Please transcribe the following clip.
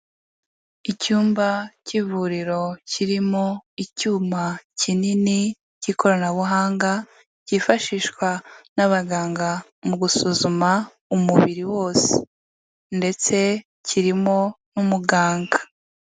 Icyumba cy'ivuriro kirimo icyuma kinini cy'ikoranabuhanga cyifashishwa n'abaganga mu gusuzuma umubiri wose, ndetse kirimo n'umuganga.